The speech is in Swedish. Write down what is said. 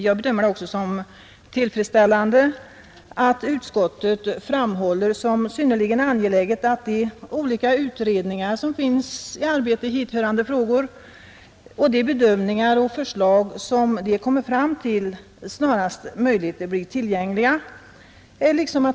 Jag bedömer det också som tillfredsställande att utskottet framhåller som synnerligen angeläget att de olika utredningar som arbetar med hithörande frågor och de bedömningar och förslag som de utredningarna kommer fram till snarast möjligt blir tillgängliga.